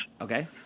okay